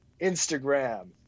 instagram